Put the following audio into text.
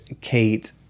Kate